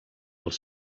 els